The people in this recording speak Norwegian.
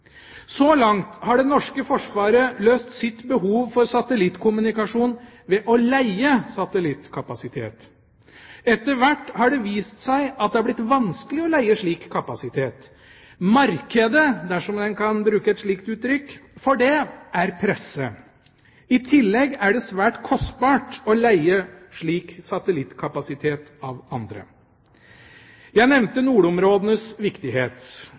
Så langt har det norske forsvaret løst sitt behov for satellittkommunikasjon ved å leie satellittkapasitet. Etter hvert har det vist seg at det er blitt vanskelig å leie slik kapasitet; markedet – dersom en kan bruke et slikt uttrykk – for det er presset. I tillegg er det svært kostbart å leie slik satellittkapasitet av andre. Jeg nevnte nordområdenes viktighet.